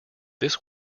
this